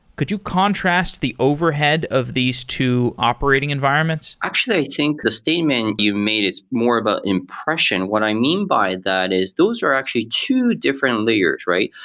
could you contrast the overhead of these two operating environments? actually, i think the statement you made is more about impression. what i mean by that is those are actually two different layers, right?